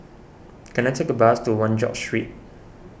can I take a bus to one George Street